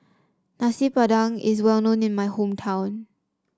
Nasi Padang is well known in my hometown